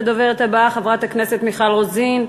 הדוברת הבאה, חברת הכנסת מיכל רוזין.